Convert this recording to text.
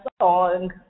song